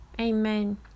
Amen